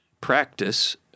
practice